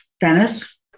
Venice